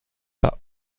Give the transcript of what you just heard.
pas